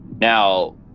now